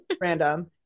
Random